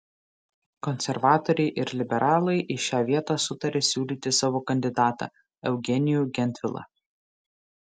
konservatoriai ir liberalai į šią vietą sutarė siūlyti savo kandidatą eugenijų gentvilą